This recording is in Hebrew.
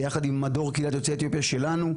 ביחד עם מדור קהילת יוצאי אתיופיה שלנו,